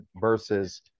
versus